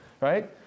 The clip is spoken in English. Right